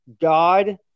God